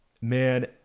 man